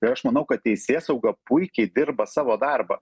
ir aš manau kad teisėsauga puikiai dirba savo darbą